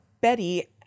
Betty